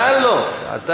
אבל אני לא איחרתי.